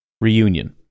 reunion